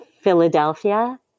Philadelphia